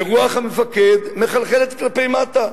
ורוח המפקד מחלחלת כלפי מטה.